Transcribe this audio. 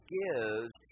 gives